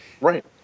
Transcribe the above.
Right